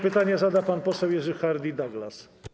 Pytanie zada pan poseł Jerzy Hardie-Douglas.